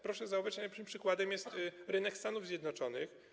Proszę zauważyć, że najlepszym przykładem jest rynek Stanów Zjednoczonych.